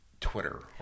Twitter